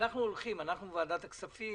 אנחנו בוועדת הכספים